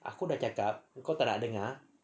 aku dah cakap kau tak nak dengar